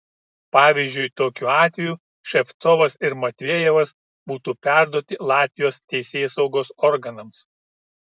pavyzdžiui tokiu atveju ševcovas ir matvejevas būtų perduoti latvijos teisėsaugos organams